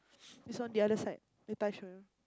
it's on the other side later I show you